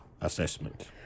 assessment